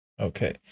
Okay